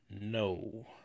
No